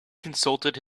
consulted